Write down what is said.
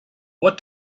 what